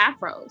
afros